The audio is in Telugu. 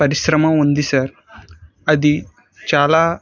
పరిశ్రమ ఉంది సార్ అది చాలా